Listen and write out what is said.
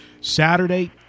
Saturday